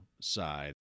side